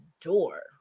door